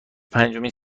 پنجمین